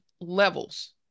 levels